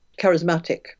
charismatic